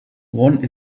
one